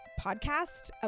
podcast